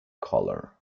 color